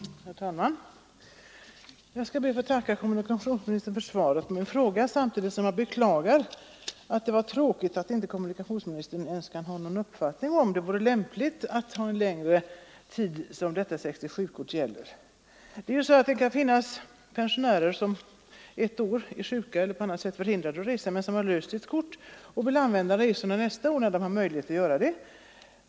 Herr talman! Jag skall be att få tacka kommunikationsministern för svaret på min fråga, samtidigt som jag beklagar att inte kommunikationsministern ens kan ha någon uppfattning om huruvida det vore lämpligt att låta 67-kortet gälla under längre tid. Det kan finnas pensionärer som ett år är sjuka eller på annat sätt är förhindrade att resa men som har löst ett kort och behöver utnyttja resorna nästa år, när de har möjlighet att göra det.